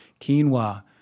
Quinoa